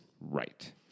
Right